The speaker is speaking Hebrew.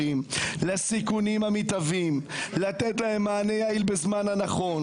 ואני מציעה --- היא משאילה מחוק אחד לחוק